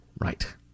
Right